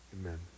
Amen